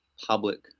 public